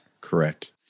Correct